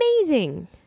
amazing